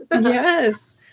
Yes